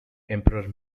emperor